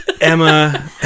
Emma